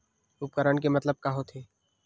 उपकरण के मतलब का होथे?